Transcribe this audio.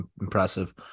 impressive